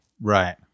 Right